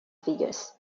figures